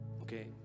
Okay